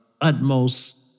utmost